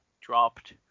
dropped